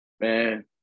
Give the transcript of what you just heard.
Man